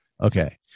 Okay